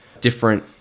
different